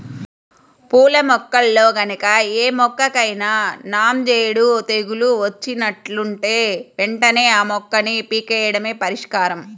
పూల మొక్కల్లో గనక ఏ మొక్కకైనా నాంజేడు తెగులు వచ్చినట్లుంటే వెంటనే ఆ మొక్కని పీకెయ్యడమే పరిష్కారం